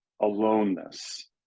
aloneness